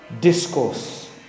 Discourse